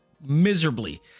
miserably